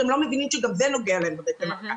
הם לא מבינים שגם זה נוגע להם בבטן הרכה.